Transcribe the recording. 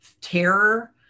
terror